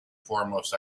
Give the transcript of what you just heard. foremost